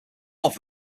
off